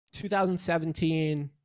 2017